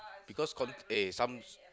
because colleague eh some